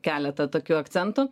keletą tokių akcentų